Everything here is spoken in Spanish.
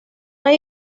hay